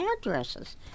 addresses